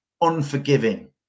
unforgiving